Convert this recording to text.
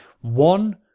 one